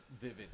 Vivid